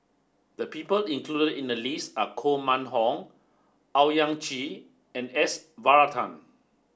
the people included in the list are Koh Mun Hong Owyang Chi and S Varathan